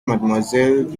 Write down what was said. mademoiselle